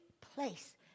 place